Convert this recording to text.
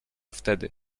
wtedy